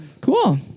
Cool